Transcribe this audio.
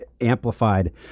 amplified